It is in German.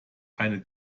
eine